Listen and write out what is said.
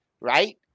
right